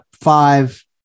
five